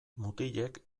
mutilek